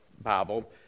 Bible